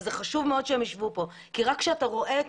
חשוב מאוד שהם יישבו פה כי רק כשרואים את